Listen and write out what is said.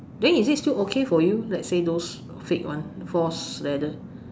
then is it still okay for you let's say those fake one false leather